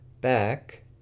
back